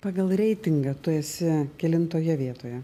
pagal reitingą tu esi kelintoje vietoje